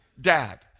dad